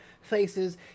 faces